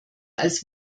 als